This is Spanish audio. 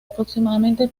aproximadamente